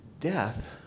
death